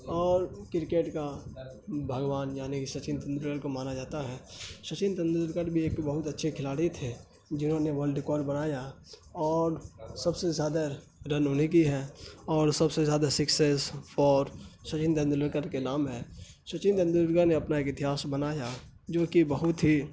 اور کرکٹ کا بھگوان یعنی کہ سچن تندولکر کو مانا جاتا ہے سچن تندولکر بھی ایک بہت اچھے کھلاڑی تھے جنہوں نے ورلڈ ریکارڈ بنایا اور سب سے زیادہ رن انہی کی ہیں اور سب سے زیادہ سکسز اور سچن تندولکر کے نام ہیں سچن تندولکر نے اپنا ایک اتہاس بنایا جو کہ بہت ہی